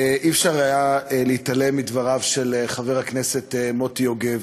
לא היה אפשר להתעלם מדבריו של חבר הכנסת מוטי יוגב.